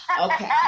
Okay